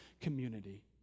community